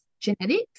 genetics